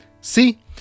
See